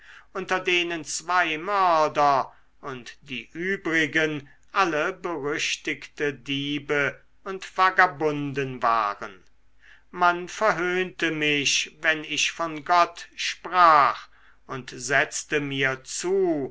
unter denen zwei mörder und die übrigen alle berüchtigte diebe und vagabunden waren man verhöhnte mich wenn ich von gott sprach und setzte mir zu